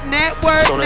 network